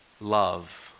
love